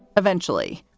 eventually,